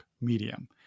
Medium